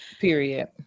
Period